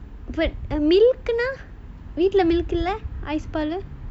wait மீதில்ல வீட்ல மீதில்ல:meethilla veetla meethilla ice